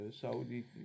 Saudi